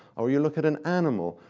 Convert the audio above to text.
or you look at an animal,